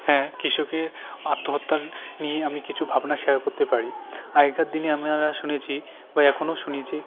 হ্যাঁ কৃষকের আত্মহত্যা নিয়ে আমি কিছু ভাবনা শেয়ার করতে পারি আগেকার দিনে আপনারা শুনেছি বা এখনও শুনছি